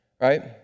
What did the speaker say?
right